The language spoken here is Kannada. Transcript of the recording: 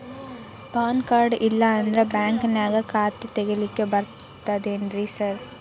ಪಾನ್ ಕಾರ್ಡ್ ಇಲ್ಲಂದ್ರ ಬ್ಯಾಂಕಿನ್ಯಾಗ ಖಾತೆ ತೆಗೆಲಿಕ್ಕಿ ಬರ್ತಾದೇನ್ರಿ ಸಾರ್?